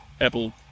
apple